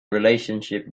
relationship